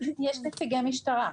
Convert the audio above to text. יש נציגי משטרה.